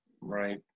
Right